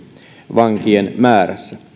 vankien määrässä